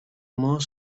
more